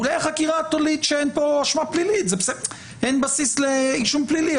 אולי החקירה תוליד שאין בסיס לאישום פלילי.